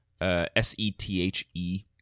S-E-T-H-E